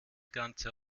ganze